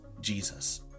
Jesus